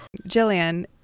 Jillian